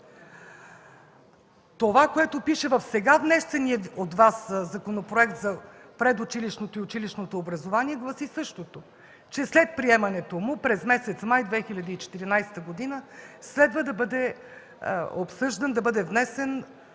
Това, което пише в сега внесения от Вас Законопроект за предучилищното и училищното образование, гласи същото – след приемането му през месец май 2014 г. следва да бъде обсъждан, да бъде внесен